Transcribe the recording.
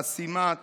חסימת